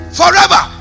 forever